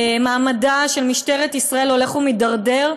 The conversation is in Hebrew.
מעמדה של משטרת ישראל הולך ומידרדר,